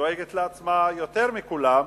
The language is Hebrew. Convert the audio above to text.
שדואגת לעצמה יותר מכולן,